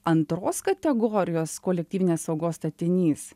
antros kategorijos kolektyvinės saugos statinys